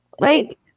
Right